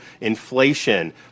Inflation